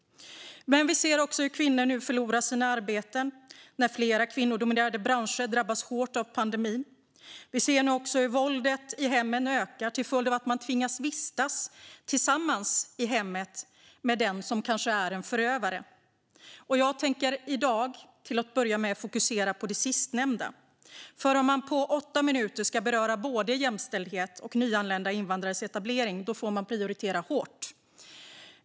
Men vi ser också hur kvinnor nu förlorar sina arbeten när flera kvinnodominerade branscher drabbas hårt av pandemin. Vi ser dessutom hur våldet i hemmen ökar till följd av att många tvingas vistas i hemmet tillsammans med den som kanske är en förövare. Jag tänker i dag till att börja med fokusera på det sistnämnda, för om man på åtta minuter ska beröra både jämställdhet och nyanlända invandrares etablering får man prioritera hårt.